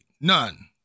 None